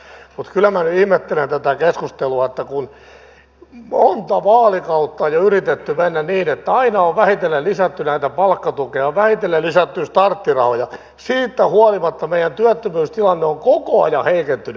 mutta kyllä minä nyt ihmettelen tätä keskustelua että kun monta vaalikautta on jo yritetty mennä niin että aina on vähitellen lisätty palkkatukea ja vähitellen lisätty starttirahoja niin siitä huolimatta meidän työttömyystilanteemme on koko ajan heikentynyt